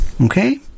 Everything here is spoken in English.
Okay